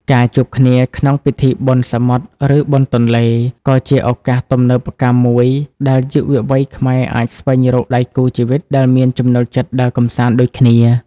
ការជួបគ្នាក្នុងពិធីបុណ្យសមុទ្រ ឬបុណ្យទន្លេ ក៏ជាឱកាសទំនើបកម្មមួយដែលយុវវ័យខ្មែរអាចស្វែងរកដៃគូជីវិតដែលមានចំណូលចិត្តដើរកម្សាន្តដូចគ្នា។